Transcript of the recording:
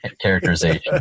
characterization